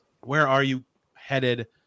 where-are-you-headed